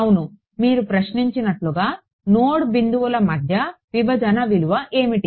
అవును మీరు ప్రశ్నించినట్టుగా నోడ్ బిందువుల మధ్య విభజన విలువ ఏమిటి